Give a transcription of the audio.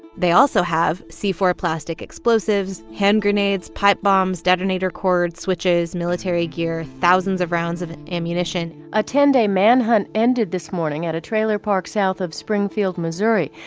they also have c four plastic explosives, hand grenades, pipe bombs, detonator cords, switches, military gear, thousands of rounds of ammunition a ten day manhunt ended this morning at a trailer park south of springfield, mo.